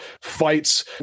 fights